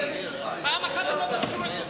חבר הכנסת פלסנר, שיקרת לבוחרים שלך.